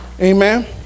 amen